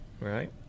Right